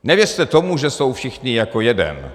Nevěřte tomu, že jsou všichni jako jeden.